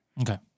Okay